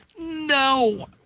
no